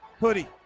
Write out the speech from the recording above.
hoodie